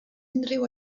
unrhyw